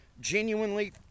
genuinely